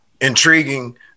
intriguing